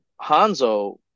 Hanzo